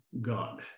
God